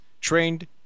trained